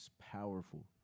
powerful